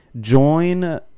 join